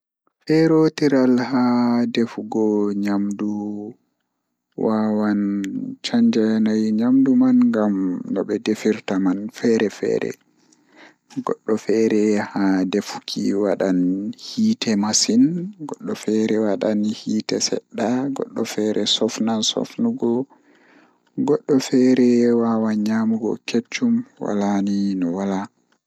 Humpito goɗɗo njarata e maytugol rewbe nden heɓa goɗɗe maaɗe rewde ɗi. Naɗude rewɓe ɗi heɗi haakiri waɗa hoore, ɗamre, wonnaande vitamiinji e feewde rewɓe ɗi. Naggude rewɓe waɗa ina heddora ɗum sabu rewɓe ɗum ngadi e nder ruuyoyi nden waɗa waɗa ɓooytaaji maaɗɓe. Ɓeɗɗude rewɓe waɗa waɗa rewde ɗum e kuugal tawa rewɓe ɗum waɗa waɗa moondol ngooroo ɗum waɗa waɗde.